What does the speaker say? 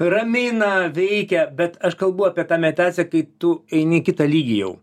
ramina veikia bet aš kalbu apie tą meditaciją kai tu eini į kitą lygį jau